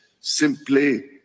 simply